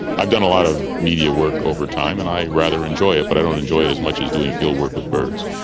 i've done a lot of media work over time and i rather enjoy it, but i don't enjoy it as much as doing field work with birds.